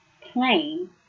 plain